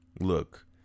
look